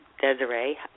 Desiree